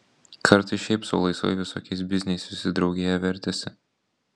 kartais šiaip sau laisvai visokiais bizniais visi draugėje vertėsi